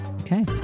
Okay